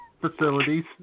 facilities